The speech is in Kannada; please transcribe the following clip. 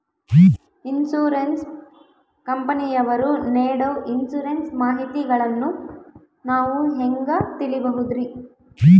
ಇನ್ಸೂರೆನ್ಸ್ ಕಂಪನಿಯವರು ನೇಡೊ ಇನ್ಸುರೆನ್ಸ್ ಮಾಹಿತಿಗಳನ್ನು ನಾವು ಹೆಂಗ ತಿಳಿಬಹುದ್ರಿ?